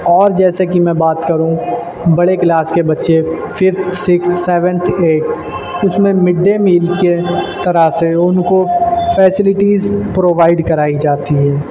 اور جیسے کہ میں بات کروں بڑے کلاس کے بچے ففتھ سکس سیونتھ ایٹ اس میں مڈ ڈے میل کے طرح سے وہ ان کو فیسلٹیز پرووائڈ کرائی جاتی ہیں